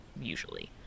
usually